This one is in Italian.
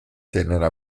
tenera